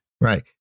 Right